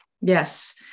Yes